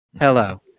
Hello